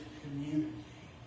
community